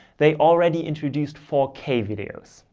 they already introduced four k videos.